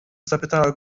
zapytała